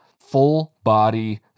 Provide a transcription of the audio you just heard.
full-body